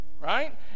Right